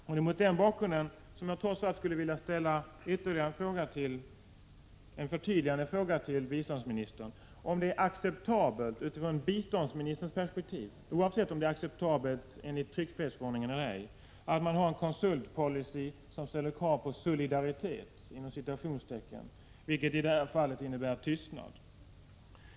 Det är mot denna bakgrund jag trots allt skulle vilja ställa en förtydligande fråga till biståndsministern: Är det acceptabelt utifrån biståndsministerns perspektiv — oavsett om det är acceptabelt enligt tryckfrihetsförordningen eller ej — att ha en konsultpolicy som ställer krav på ”solidaritet”, vilket i det här fallet innebär tystnad?